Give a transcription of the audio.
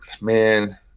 man